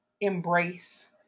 embrace